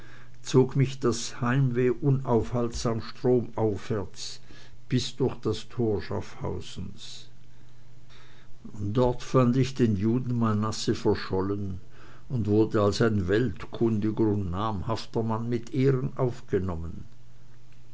zog mich das heimweh unaufhaltsam stromaufwärts bis durch das tor schaffhausens dort fand ich den juden manasse verschollen und wurde als ein weltkundiger und nahmhafter mann mit ehren aufgenommen